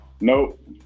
Nope